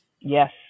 Yes